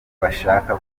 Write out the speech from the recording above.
bashaka